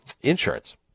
insurance